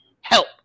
help